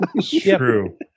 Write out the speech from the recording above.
true